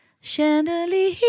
chandelier